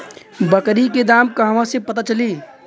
बकरी के दाम कहवा से पता चली?